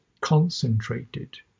concentrated